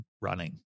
running